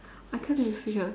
I can't even see her